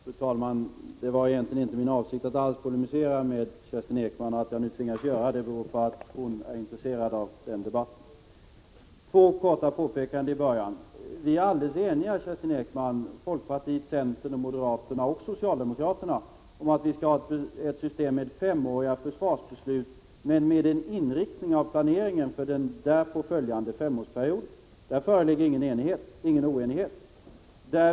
Fru talman! Det var egentligen inte alls min avsikt att polemisera mot Kerstin Ekman. Att jag nu tvingas göra det beror på att hon är intresserad av den debatten. Jag vill först göra två korta påpekanden. Vi är alldeles eniga — folkpartiet, centern, moderaterna och socialdemokraterna — om att vi skall ha ett system med femåriga försvarsbeslut men med en inriktning av planeringen för den därpå följande femårsperioden. Där föreligger ingen oenighet.